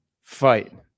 fight